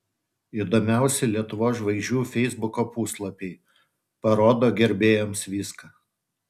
įdomiausi lietuvos žvaigždžių feisbuko puslapiai parodo gerbėjams viską